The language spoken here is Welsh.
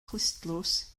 clustdlws